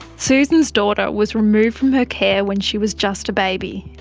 susan's daughter was removed from her care when she was just a baby,